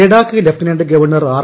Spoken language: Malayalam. Ladakh lieutenant governor R